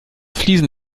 fliesen